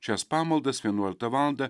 šias pamaldas vienuoliktą valandą